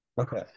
Okay